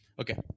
okay